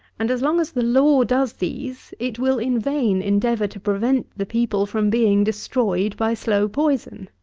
and as long as the law does these, it will in vain endeavour to prevent the people from being destroyed by slow poison.